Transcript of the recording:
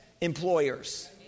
employers